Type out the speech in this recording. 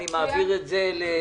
אני מעביר את זה --- מצוין,